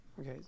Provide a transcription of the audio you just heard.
Okay